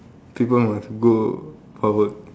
people must go for work